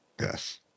Yes